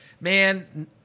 Man